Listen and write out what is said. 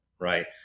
right